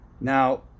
Now